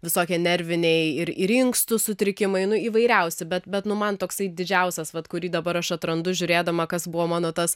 visokie nerviniai ir ir inkstų sutrikimai nu įvairiausi bet nu man toksai didžiausias vat kurį dabar aš atrandu žiūrėdama kas buvo mano tas